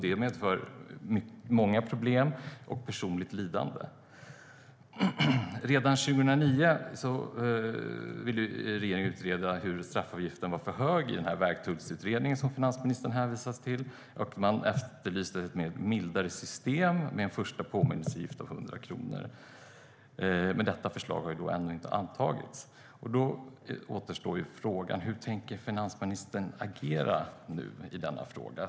Det medför många problem och personligt lidande. Redan 2009 ville regeringen genom den vägtullsutredning som finansministern hänvisar till utreda om straffavgiften var för hög. Där efterlyste man ett mildare system, med en första påminnelseavgift om 100 kronor. Men detta förslag har ännu inte antagits. Då återstår frågan: Hur tänker finansministern agera nu i denna fråga?